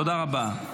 תודה רבה.